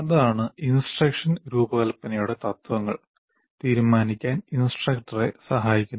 അതാണ് ഇൻസ്ട്രക്ഷൻ രൂപകൽപ്പനയുടെ തത്വങ്ങൾ തീരുമാനിക്കാൻ ഇൻസ്ട്രക്ടറെ സഹായിക്കുന്നത്